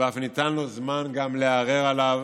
ואף ניתן לו זמן גם לערער עליו,